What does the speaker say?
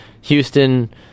Houston